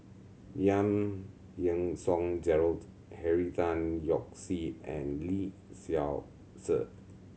Yang Yean Song Gerald Henry Tan Yoke See and Lee Seow Ser